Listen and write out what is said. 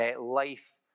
life